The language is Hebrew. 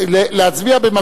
להצביע.